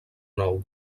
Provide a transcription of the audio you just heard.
nou